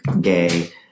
gay